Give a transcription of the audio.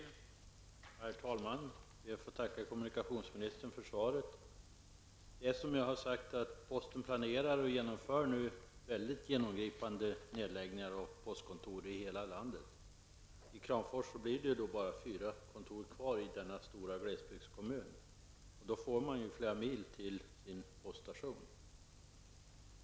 Herr talman! Jag ber att få tacka kommunikationsministern för svaret. Jag har sagt att posten planerar och genomför väldigt genomgripande nedläggningar av postkontor i hela landet. I Kramfors blir det bara fyra kontor kvar i denna stora glesbygdskommun. Då får man flera mil till sitt postkontor.